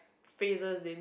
phases didn't